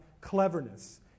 cleverness